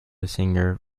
singer